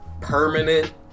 permanent